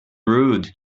rude